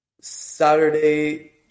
Saturday